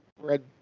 red